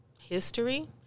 history